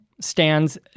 stands